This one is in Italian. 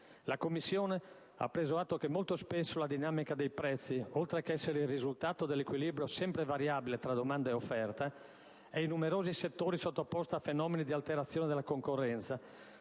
La Commissione ha preso atto che molto spesso la dinamica dei prezzi, oltre che essere il risultato dell'equilibrio sempre variabile tra domanda e offerta, è in numerosi settori sottoposta a fenomeni di alterazione della concorrenza,